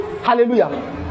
Hallelujah